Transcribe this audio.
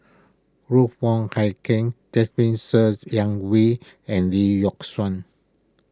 Ruth Wong Hie King Jasmine Ser Xiang Wei and Lee Yock Suan